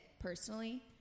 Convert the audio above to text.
personally